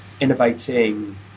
innovating